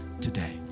today